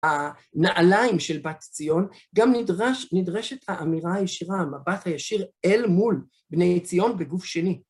הנעליים של בת ציון, גם נדרשת האמירה הישירה, המבט הישיר אל מול בני ציון בגוף שני.